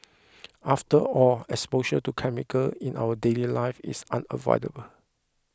after all exposure to chemicals in our daily life is unavoidable